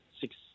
six